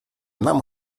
nam